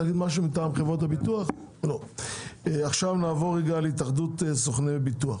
עכשיו נעבור להתאחדות סוכני הביטוח.